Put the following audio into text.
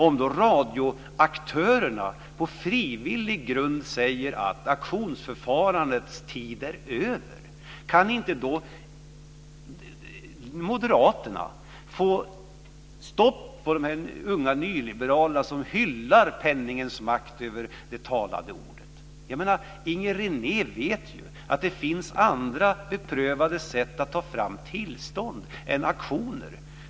Om då radioaktörerna på frivillig grund säger att auktionsförfarandets tid är över, kan inte Moderaterna få stopp på de unga nyliberaler som hyllar penningens makt över det talade ordet? Inger René vet ju att det finns andra beprövade sätt att ta fram tillstånd än auktioner.